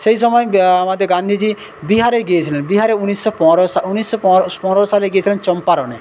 সেই সময় আমাদের গান্ধীজি বিহারে গিয়েছিলেন বিহারে ঊনিশশো পনেরো সাল ঊনিশশো পনেরো সা পনেরো সালে গিয়েছিলেন চম্পারণে